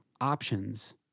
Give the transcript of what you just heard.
options